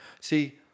See